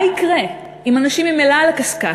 מה יקרה אם אנשים ממילא על הקשקש,